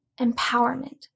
empowerment